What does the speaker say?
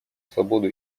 свободу